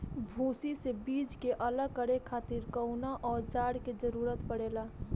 भूसी से बीज के अलग करे खातिर कउना औजार क जरूरत पड़ेला?